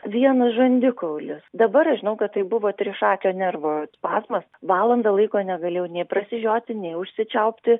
vienas žandikaulis dabar aš žinau kad tai buvo trišakio nervo spazmas valandą laiko negalėjau nei prasižioti nei užsičiaupti